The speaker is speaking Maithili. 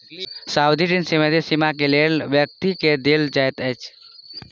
सावधि ऋण सीमित समय सीमा के लेल व्यक्ति के देल जाइत अछि